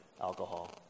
alcohol